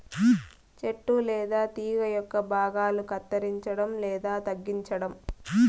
చెట్టు లేదా తీగ యొక్క భాగాలను కత్తిరించడం లేదా తగ్గించటం